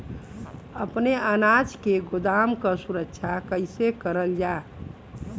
अपने अनाज के गोदाम क सुरक्षा कइसे करल जा?